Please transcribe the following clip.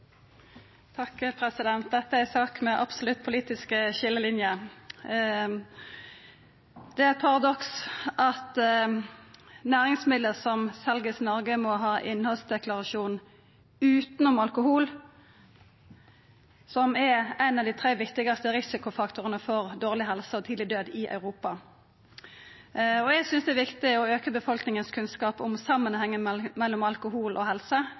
er eit paradoks at næringsmiddel som vert selde i Noreg, må ha innhaldsdeklarasjon – utanom alkohol, som er ein av dei tre viktigaste risikofaktorane for dårleg helse og tidleg død i Europa. Eg synest det er viktig å auka kunnskapen i befolkninga om samanhengen mellom alkohol og helse,